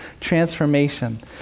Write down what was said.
transformation